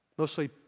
Mostly